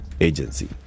agency